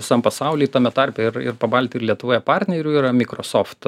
visam pasauly tame tarpe ir ir pabalty ir lietuvoje partnerių yra mikrosoft